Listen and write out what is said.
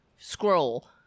Scroll